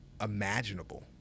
imaginable